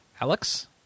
Alex